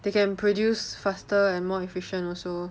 they can produce faster and more efficient also